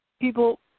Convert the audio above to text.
people